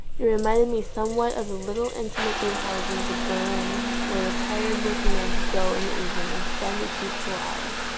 it re minded me somewhat of the little intimate beer houses of berlin where the tired working man could go in the evening and spend a peaceful hour.